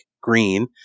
Green